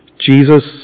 Jesus